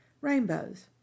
rainbows